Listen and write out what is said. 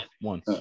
one